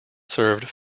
served